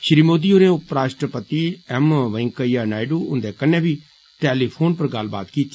श्री मोदी होरें उपराश्ट्रपति एम वैंकेया नायडू होन्दे कन्नै बी टेलीफोन पर गल्लबात कीती